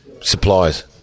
Supplies